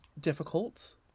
difficult